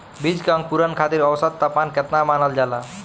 बीज के अंकुरण खातिर औसत तापमान केतना मानल जाला?